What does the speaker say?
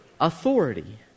Authority